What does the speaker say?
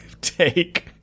Take